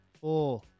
Four